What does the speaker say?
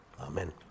Amen